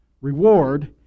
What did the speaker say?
Reward